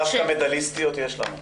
דווקא מדליסטיות יש לנו.